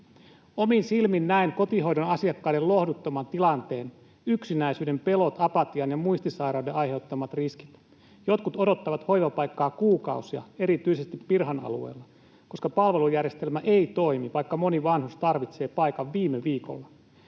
Omin silmin näen kotihoidon asiakkaiden lohduttoman tilanteen, yksinäisyyden, pelot, apatian ja muistisairauden aiheuttamat riskit. Jotkut odottavat hoivapaikkaa kuukausia erityisesti Pirhan alueella, koska palvelujärjestelmä ei toimi, vaikka moni vanhus tarvitsee paikan viime viikolla.